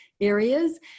areas